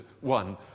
one